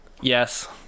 Yes